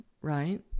right